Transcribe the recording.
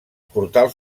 portals